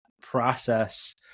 process